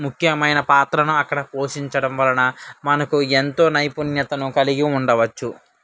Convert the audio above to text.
ముఖ్యమైన పాత్రను అక్కడ పోషించడం వలన మనకు ఎంతో నైపుణ్యతను కలిగి ఉండవచ్చు